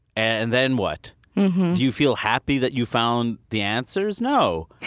and then what? do you feel happy that you found the answers? no.